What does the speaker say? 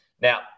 Now